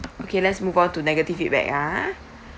okay let's move on to negative feedback ah